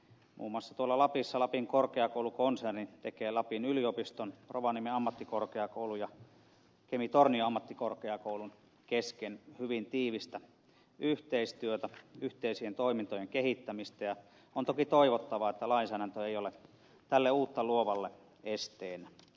muun muassa tuolla lapissa lapin korkeakoulukonserni tekee lapin yliopiston rovaniemen ammattikorkeakoulun ja kemitornion ammattikorkeakoulun kesken hyvin tiivistä yhteistyötä yhteisten toimintojen kehittämistä ja on toki toivottavaa että lainsäädäntö ei ole tälle uutta luovalle esteenä